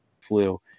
flu